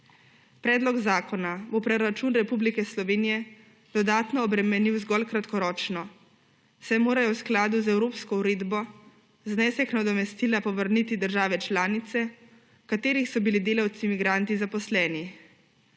Predlog zakona bo proračun Republike Slovenije dodatno obremenil zgolj kratkoročno, saj morajo v skladu z evropsko uredbo znesek nadomestila povrniti države članice, v katerih so bili delavci migranti zaposleni.